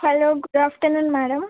hello good afternoon madam